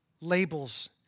labels